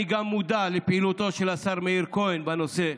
אני גם מודע לפעילותו של השר מאיר כהן בנושא,